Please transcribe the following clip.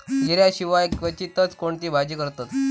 जिऱ्या शिवाय क्वचितच कोणती भाजी करतत